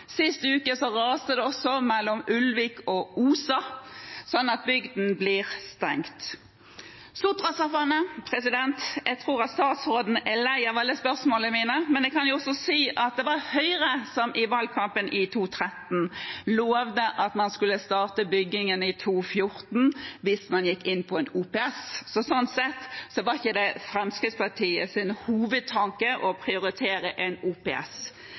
uke raste det også mellom Ulvik og Osa sånn at bygden ble stengt. Om Sotrasambandet: Jeg tror at statsråden er lei av alle spørsmålene mine, men jeg kan også si at det var Høyre som i valgkampen i 2013 lovet at man skulle starte byggingen i 2014 hvis man gikk inn på en OPS. Sånn sett var det ikke Fremskrittspartiets hovedtanke å prioritere en OPS.